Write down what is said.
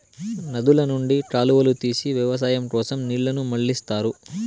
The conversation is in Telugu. నదుల నుండి కాలువలు తీసి వ్యవసాయం కోసం నీళ్ళను మళ్ళిస్తారు